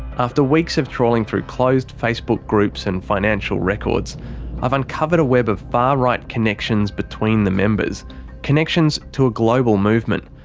after weeks of trawling through closed facebook groups and financial records i've uncovered a web of far-right connections between the members connections to a global movement.